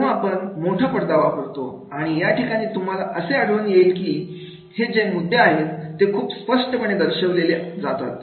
तेव्हा आपण मोठा पडदा वापरतो आणि या ठिकाणी तुम्हाला असे आढळून येईल की हे जे मुद्दे आहेत ते खूप स्पष्टपणे दर्शवले जातील